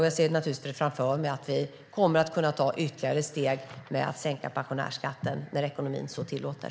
Jag ser naturligtvis framför mig att vi kommer att kunna ta ytterligare steg för att sänka pensionärsskatten när ekonomin så tillåter.